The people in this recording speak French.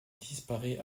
disparaît